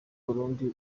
burundi